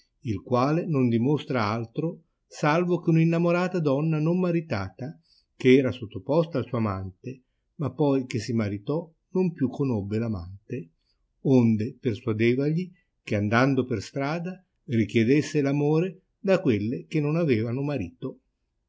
il quale non dimostra altro salvo che un innamorata donna non maritata che era sottoposta al suo amante ma poi che si maritò non più conobbe l'amante onde persuadevagli che andando per strada richiedesse l'amore da quelle che non avevano marito